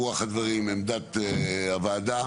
רוח הדברים, עמדת הוועדה